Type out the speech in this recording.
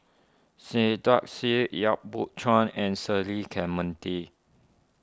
Saiedah Said Yap Boon Chuan and Cecil Clementi